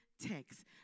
text